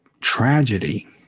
tragedy